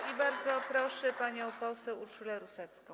I bardzo proszę panią poseł Urszulę Rusecką.